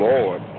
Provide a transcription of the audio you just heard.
Lord